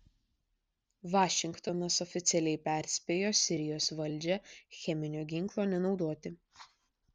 vašingtonas oficialiai perspėjo sirijos valdžią cheminio ginklo nenaudoti